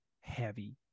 heavy